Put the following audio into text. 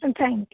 thank